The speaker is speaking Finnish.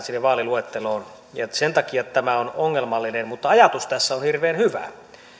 sinne vaaliluetteloon ja sen takia tämä on ongelmallinen mutta ajatus tässä on hirveän hyvä